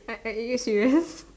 are are you serious